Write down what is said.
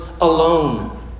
alone